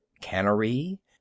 Cannery